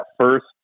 first